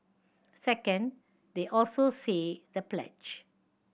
second they also say the pledge